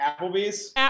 Applebee's